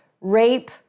rape